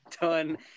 done